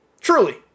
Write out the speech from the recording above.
Truly